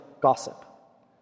gossip